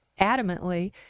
adamantly